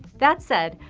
that said,